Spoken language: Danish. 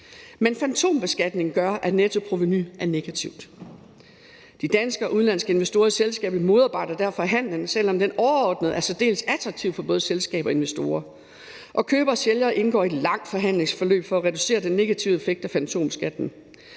Men fantombeskatningen gør, at nettoprovenuet er negativt. De danske og udenlandske investorer i selskabet modarbejder derfor handelen, selv om den overordnet er særdeles attraktiv for både selskab og investorer. Køber og sælger indgår i et langt forhandlingsforløb for at reducere den negative effekt af fantomskatten.